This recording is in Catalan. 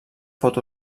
pot